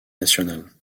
nationale